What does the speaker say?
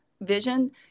vision